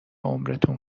عمرتون